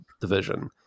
division